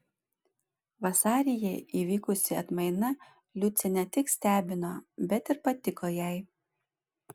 vasaryje įvykusi atmaina liucę ne tik stebino bet ir patiko jai